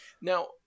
Now